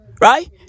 Right